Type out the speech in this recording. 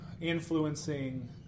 influencing